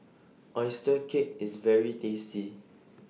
Oyster Cake IS very tasty